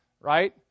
Right